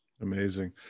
amazing